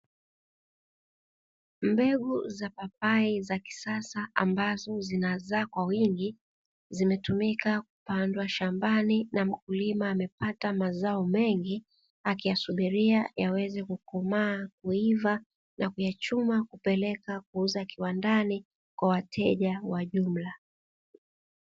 Mbegu za papai za kisasa ambazo zinazaa kwa wingi zimetumika kupandwa shambani, na mkulima amepata mazao mengi akiyasubiria yaweze: kukomaa, kuiva na kuyachuma; kupeleka kuuza kiwandani kwa wateja wa jumla.